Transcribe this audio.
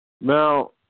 Now